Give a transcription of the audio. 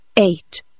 Eight